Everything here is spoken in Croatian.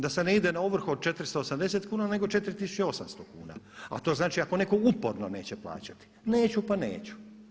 Da se ne ide na ovrhu od 480 kuna, nego 4800 kuna, a to znači ako netko uporno neće plaćati, neću pa neću.